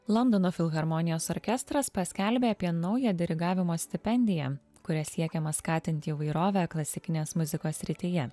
londono filharmonijos orkestras paskelbė apie naują dirigavimo stipendiją kuria siekiama skatinti įvairovę klasikinės muzikos srityje